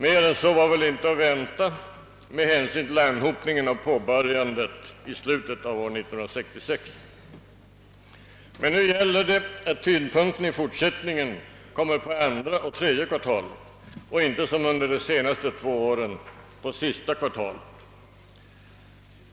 Mer än så var väl inte att vänta med hänsyn till anhopningen av påbörjandet i slutet av år 1966. Men nu gäller det att tyngdpunkten i fortsättningen kommer på andra och tredje kvartalen och inte som under de senaste två åren på sista kvartalet.